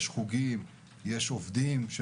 חוגים, עובדים.